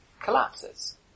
collapses